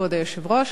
כבוד היושב-ראש,